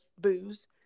booze